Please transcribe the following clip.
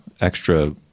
extra